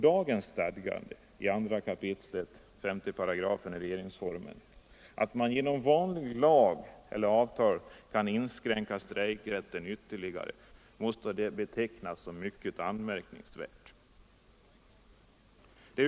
Dagens stadgande i 2 kap. 5 § regeringsformen, att strejkrätten genom vanlig lag eller avtal kan inskränkas ytterligare, måste betecknas som mycket anmärkningsvärt.